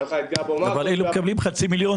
אבל אלה מקבלים חצי מיליון